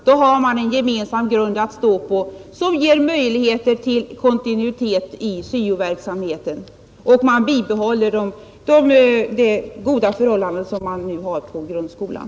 Då har man en gemensam grund att bygga på, som ger möjligheter till kontinuitet i syo-verksamheten och man bibehåller de goda förhållanden som nu råder i grundskolan.